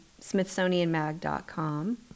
SmithsonianMag.com